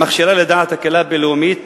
המכשילה לדעת הקהילה הבין-לאומית,